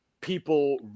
people